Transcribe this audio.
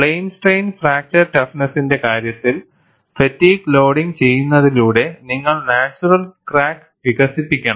plain strain fracture ടഫ്നെസ്സിന്റെ കാര്യത്തിൽ fatigue loading ചെയ്യുന്നതിലൂടെ നിങ്ങൾ നാച്ചുറൽ ക്രാക്ക് വികസിപ്പിക്കണം